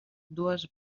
dues